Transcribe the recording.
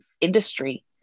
industry